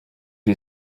you